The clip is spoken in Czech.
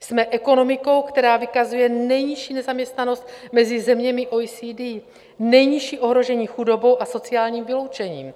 Jsme ekonomikou, která vykazuje nejnižší nezaměstnanost mezi zeměmi OECD, nejnižší ohrožení chudobou a sociálním vyloučením.